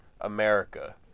America